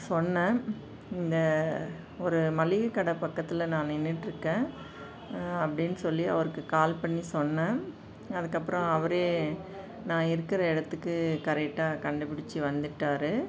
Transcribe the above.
சொன்னேன் இந்த ஒரு மளிகை கடை பக்கத்தில் நான் நின்றுட்டுருக்கேன் அப்படின்னு சொல்லி அவருக்கு கால் பண்ணி சொன்னேன் அதுக்கப்புறம் அவரே நான் இருக்கிற இடத்துக்கு கரெக்டாக கண்டுபுடிச்சு வந்துட்டார்